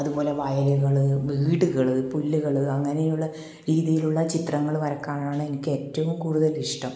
അതുപോലെ വയലുകൾ വീടുകൾ പുല്ലുകൾ അങ്ങനെയുള്ള രീതിയിലുള്ള ചിത്രങ്ങൾ വരാക്കാനാണ് എനിക്ക് ഏറ്റവും കൂടുതൽ ഇഷ്ട്ടം